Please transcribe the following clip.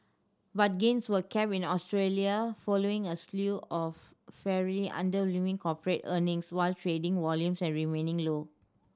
but gains were capped in Australia following a slew of fair underwhelming corporate earnings what trading volumes remaining low